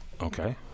Okay